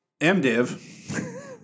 MDiv